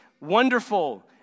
wonderful